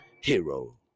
hero